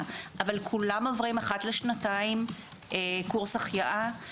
אבל כולם עוברים אחת לשנתיים קורס החייאה.